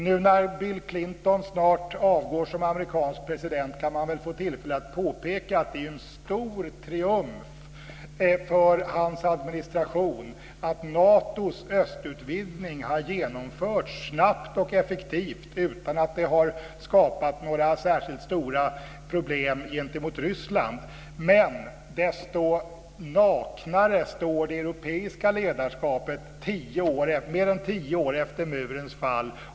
Nu när Bill Clinton snart avgår som amerikansk president kan man väl få tillfälle att påpeka att det är en stor triumf för hans administration att Natos östutvidgning har genomförts snabbt och effektivt utan att det har skapat några särskilt stora problem gentemot Ryssland. Men desto naknare står det europeiska ledarskapet mer än tio år efter murens fall.